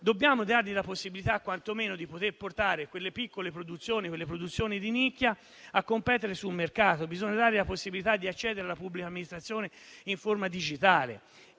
Dobbiamo dare a quelle aree, quantomeno, la possibilità di portare le piccole produzioni, le produzioni di nicchia, a competere sul mercato; bisogna dare la possibilità di accedere alla pubblica amministrazione in forma digitale.